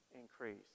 increase